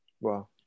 Wow